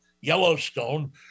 Yellowstone